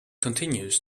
continues